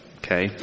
Okay